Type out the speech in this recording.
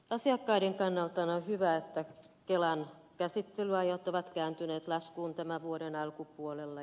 asiakkaiden kannalta on hyvä että kelan käsittelyajat ovat kääntyneet laskuun tämän vuoden alkupuolella